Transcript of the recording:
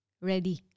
ready